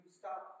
stop